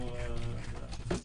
שופט